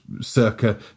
circa